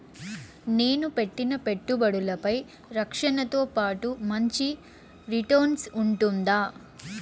నేను పెట్టిన పెట్టుబడులపై రక్షణతో పాటు మంచి రిటర్న్స్ ఉంటుందా?